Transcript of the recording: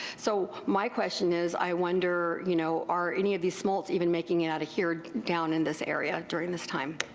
so my question is i wonder you know are any of these smolts even making it out of here down in this area during this time.